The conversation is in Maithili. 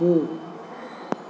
दू